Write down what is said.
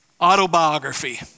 autobiography